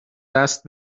دست